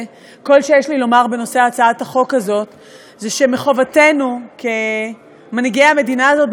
כל שיש לי לומר בנושא הצעת החוק הזאת הוא שחובתנו כמנהיגי המדינה הזאת,